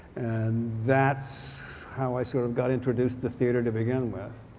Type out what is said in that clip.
and that's how i sort of got introduced to theater to begin with.